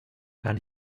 and